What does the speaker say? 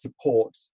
support